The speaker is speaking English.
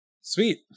Sweet